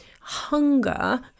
hunger